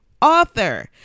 author